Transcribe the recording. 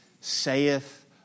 saith